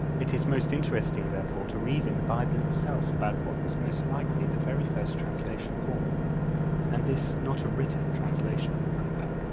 it is most interesting, therefore, to read in the bible itself about what was most likely the very first translation of all and this not a written translation, remember.